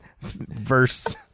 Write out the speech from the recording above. Verse